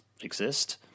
exist